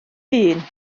hun